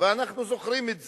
ואנחנו זוכרים את זה.